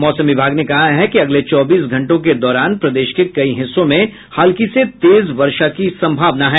मौसम विभाग ने कहा है कि अगले चौबीस घंटों के दौरान प्रदेश के कई हिस्सों में हल्की से तेज वर्षा की संभावना है